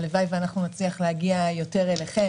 הלוואי ונצליח להגיע אליכם יותר,